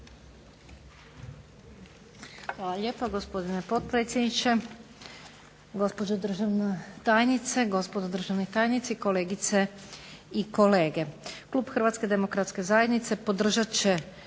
Hvala lijepo gospodine potpredsjedniče. Gospođo državna tajnice, gospodo državni tajnici, kolegice i kolege. Klub HDZ-a podržat će